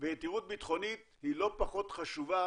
ויתירות ביטחונית היא לא פחות חשובה